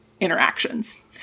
interactions